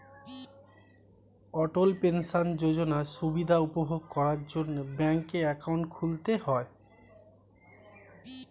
অটল pension যোজনার সুবিধা উপভোগ করার জন্যে ব্যাংকে অ্যাকাউন্ট খুলতে হয়